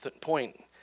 point